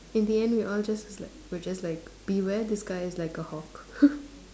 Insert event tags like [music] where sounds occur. in the end we're all just like we're just like beware this guy is like a hawk [laughs]